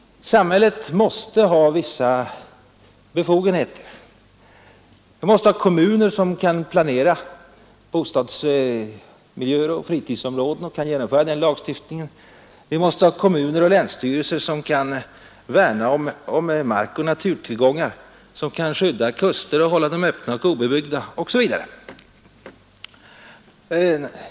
Samhället måste ha vissa befogenheter. Vi måste ha kommuner som kan planera bostadsmiljöer och fritidsområden, och vi måste ha kommuner och länsstyrelser som kan värna om markoch naturtillgångar, skydda kuster och hålla dessa öppna osv.